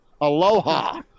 Aloha